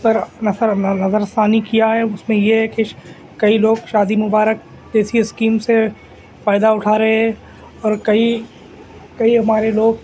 پر نثر نظر ثانی کیا ہے اُس میں یہ ہے کہ کئی لوگ شادی مبارک ایسی اسکیم سے فائدہ اٹھا رہے ہے اور کئی کئی ہمارے لوگ